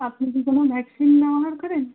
আপনি কি কোনও ভ্যাক্সিন ব্যবহার করেন